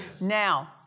Now